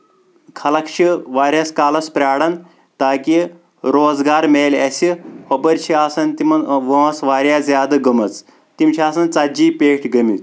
خلَق چھ واریاہَس کالَس پراران تاکہِ روزگار مِلہِ اَسہِ ہُپٲرۍ چھِ آسان تِمن وٲنٛس واریاہ زیادٕ گٔمٕژ تِم چھِ آسان ژَتجِہہ پیٚٹھۍ گٔمٕتۍ